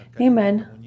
Amen